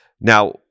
Now